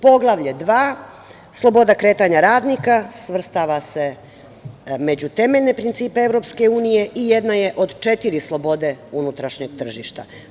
Poglavlje dva, sloboda kretanja radnika, svrstava se među temeljne principe Evropske unije i jedna je od četiri slobode unutrašnjeg tržišta.